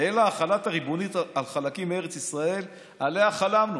החלת הריבונות על חלקים מארץ ישראל, עליה חלמנו.